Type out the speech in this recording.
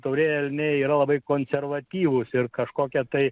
taurieji elniai yra labai konservatyvūs ir kažkokia tai